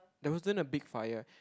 there wasn't a big fire